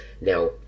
Now